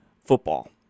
football